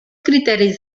criteris